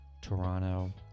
Toronto